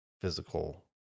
physical